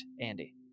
Andy